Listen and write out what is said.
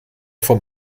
vom